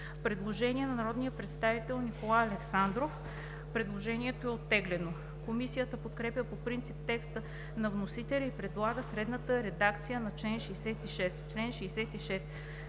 Предложение на народния представител Николай Александров. Предложението е оттеглено. Комисията подкрепя по принцип текста на вносителя и предлага следната редакция на чл. 66: „Чл. 66.